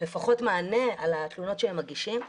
לפחות מענה על התלונות שהם מגישים.